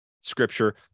scripture